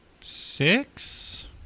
Six